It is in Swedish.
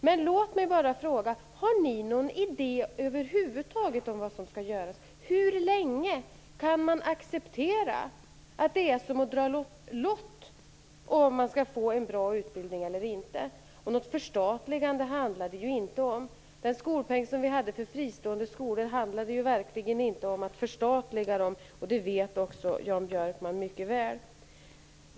Men låt mig fråga: Har ni socialdemokrater över huvud taget någon idé om vad som skall göras? Hur länge kan man acceptera att det är som att dra lott när det gäller om man skall få en bra utbildning eller inte? Något förstatligande handlar det inte om. Den skolpeng som fanns för fristående skolor innebar verkligen inte att skolorna förstatligades, och det vet också Jan Björkman mycket väl.